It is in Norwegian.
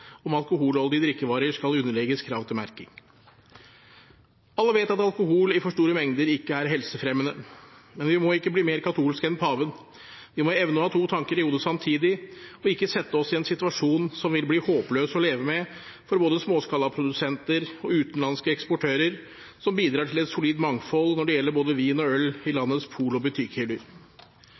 om hvorvidt alkoholholdige drikkevarer skal underlegges krav til merking. Alle vet at alkohol i for store mengder ikke er helsefremmende, men vi må ikke bli mer katolske enn paven. Vi må evne å ha to tanker i hodet samtidig og ikke sette oss i en situasjon som vil bli håpløs å leve med for både småskalaprodusenter og utenlandske eksportører, som bidrar til et solid mangfold når det gjelder både vin og øl i landets pol- og